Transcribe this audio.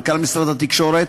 מנכ"ל משרד התקשורת,